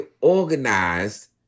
organized